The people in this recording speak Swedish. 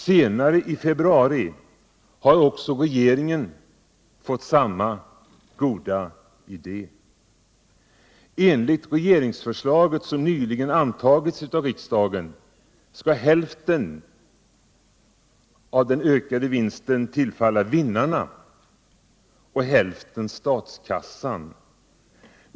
Senare, i februari, fick regeringen samma goda idé. Enligt det regeringsförslag som nyligen antogs av riksdagen skall hälften av den ökande vinsten tillfalla vinnarna och hälften statskassan.